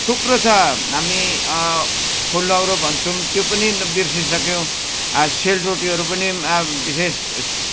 थुप्रो छ हामी फुलौरो भन्छौँ त्यो पनि बिर्सिइसक्यो सेलरोटीहरू पनि विशेष